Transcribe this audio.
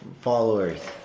followers